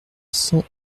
cent